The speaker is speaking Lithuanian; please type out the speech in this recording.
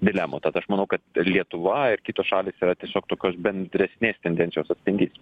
dilemų tad aš manau kad lietuva ir kitos šalys yra tiesiog tokios bendresnės tendencijos atspindys